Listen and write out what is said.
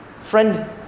Friend